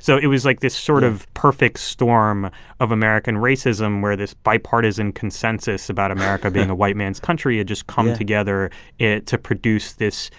so it was like this sort of perfect storm of american racism where this bipartisan consensus about america being a white man's country had just come together to produce this